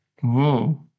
Whoa